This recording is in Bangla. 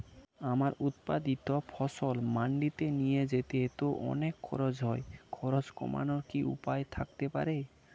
আমার উৎপাদিত ফসল মান্ডিতে নিয়ে যেতে তো অনেক খরচ হয় খরচ কমানোর কি উপায় থাকতে পারে?